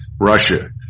Russia